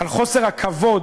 על חוסר הכבוד